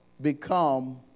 become